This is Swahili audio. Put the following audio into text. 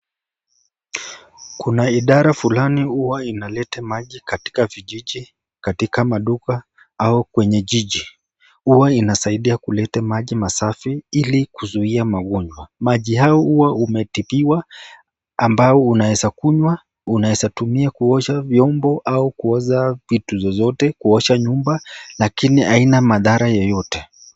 Kuna idara fulani huwa inaleta maji katika vijiji, katika maduka au kwenye jiji. Huwa inasaidia kuleta maji masafi ili kuzuia magonjwa. Maji haya huwa umetibiwa ambao unaweza kunywa, unaweza osha vyombo au kuosha vitu zozote, kuosha nyumba lakini haina madhara yoyote.